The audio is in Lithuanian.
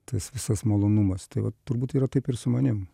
tas visas malonumas tai va turbūt yra taip ir su manim